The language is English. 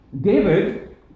David